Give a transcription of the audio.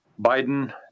Biden